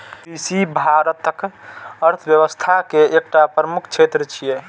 कृषि भारतक अर्थव्यवस्था के एकटा प्रमुख क्षेत्र छियै